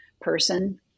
person